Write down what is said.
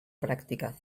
pràctica